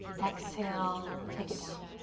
exhale, take it down.